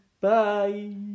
Bye